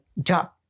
job